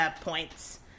points